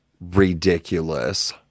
ridiculous